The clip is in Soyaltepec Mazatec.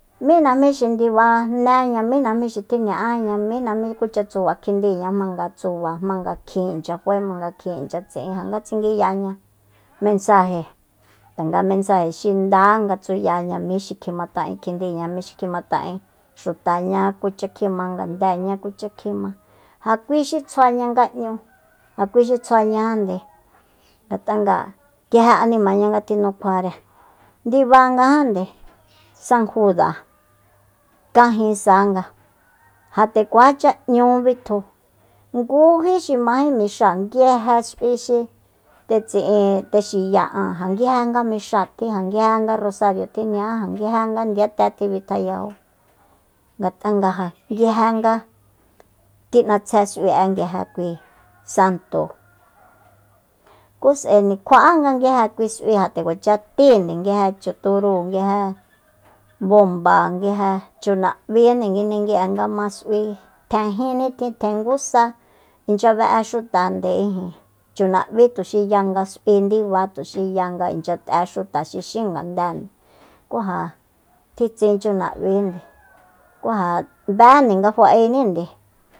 Mí najmí xi ndibanéña mí najmí kucha tsuba kjindiña jmanga tsuba jmanga kjin inchya fae jmanga kjin inchya tsi'in ja nga tsinguyaña mensaje tanga mensaje xi nda nga tsuyaña mí xi kjimata'en kjindiña mí xi kjimata'en xutaña kucha kjima ngandeña kucha kjima ja kui xi tsjuaña nga'ñu ja kui xi tsjuañajande ngat'a nga nguje animaña nga tjinukjuare ndibangajande san juda kanjin sanga ja nde kuacha n'ñu bitju ngújí xi mají mixáa nguije s'ui xi tje tsi'in tje xiyáa an nguije nga mixáa tjin ja nguije nga rosario tjiña'á ja nguije nga ndiyate tjibitjayajo ngat'a nga ja nguije nga tjin'atsje s'ui'e nguije kui santo ku s'aende kjua'anga nguije kui s'ui kú ja nde kuacha tíinde nguije chu turúu nguije bomba nguije chunab'índe nguindegui'e ma s'ui tjen jinnitjin tjen ngu sa inchya be'e xutande ijin chunabí tuxi ya nga s'ui ndiba tuxi ya nga inchya t'e xuta xi xín ngandende ku ja tji tsin chunab'índe ku ja bénde nga fa'enínde